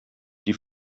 die